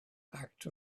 act